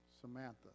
Samantha